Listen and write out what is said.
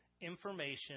information